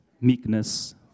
meekness